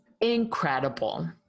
Incredible